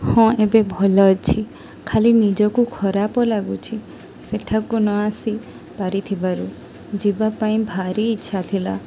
ହଁ ଏବେ ଭଲ ଅଛି ଖାଲି ନିଜକୁ ଖରାପ ଲାଗୁଛି ସେଠାକୁ ନ ଆସି ପାରିଥିବାରୁ ଯିବା ପାଇଁ ଭାରି ଇଚ୍ଛା ଥିଲା